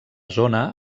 zona